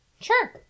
Sure